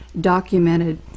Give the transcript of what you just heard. documented